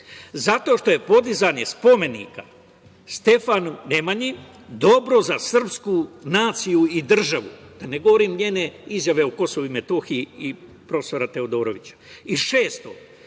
zato što je podizanje spomenika Stefanu Nemanji dobro za srpsku naciju i državu, da ne govorim njene izjave o Kosovu i Metohiji i profesora Teodorovića. I šesto,